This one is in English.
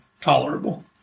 tolerable